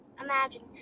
Imagine